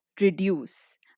reduce